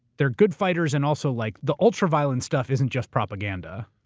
they're good fighters. and also like the ultra violence stuff isn't just propaganda.